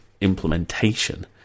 implementation